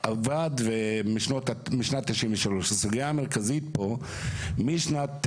הם רוצים להקים, לצערי, מטמנה.